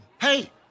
Hey